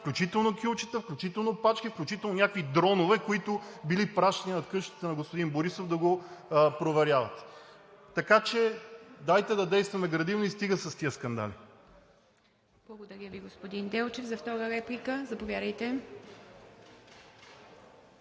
включително кюлчета, включително пачки, включително някакви дронове, които били пращани над къщата на господин Борисов да го проверяват. Така че дайте да действаме градивно и стига с тези скандали. ПРЕДСЕДАТЕЛ ИВА МИТЕВА: Благодаря Ви, господин Делчев. За втора реплика – заповядайте.